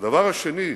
והדבר השני,